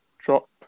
drop